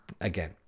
again